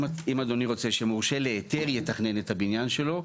אם אדוני ירצה שמורשה להיתר יתכנן את הבניין שלו,